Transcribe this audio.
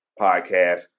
podcast